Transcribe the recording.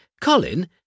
Colin